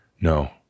No